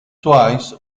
twice